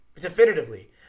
definitively